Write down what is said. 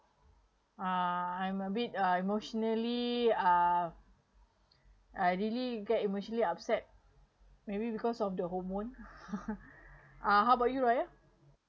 uh I'm a bit uh emotionally uh I really get emotionally upset maybe because of the hormone uh how about you raya